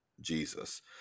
Jesus